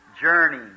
journey